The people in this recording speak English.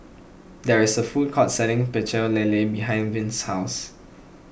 there is a food court selling Pecel Lele behind Vince's house